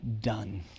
done